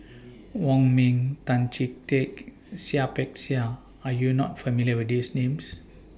Wong Ming Tan Chee Teck and Seah Peck Seah Are YOU not familiar with These Names